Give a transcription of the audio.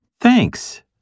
Thanks